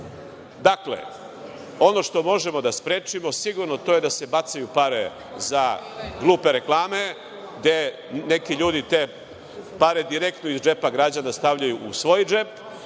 nas. Dakle, ono što možemo da sprečimo sigurno je da se bacaju pare za glupe reklame gde neki ljudi te pare direktno iz džepa građana stavljaju u svoj džep,